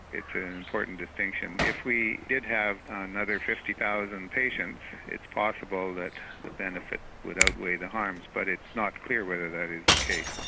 it's ah an important distinction. if we did have another fifty thousand patients it's possible that the benefit would outweigh the harms but it's not clear whether that is the case.